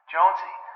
Jonesy